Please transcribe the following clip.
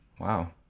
Wow